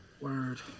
Word